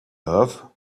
love